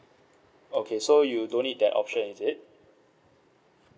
okay so you don't need that option is it